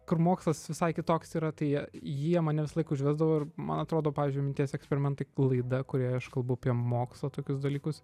kur mokslas visai kitoks yra tai jie mane visąlaik užvesdavo ir man atrodo pavyzdžiui minties eksperimentai laida kurioje aš kalbu apie mokslą tokius dalykus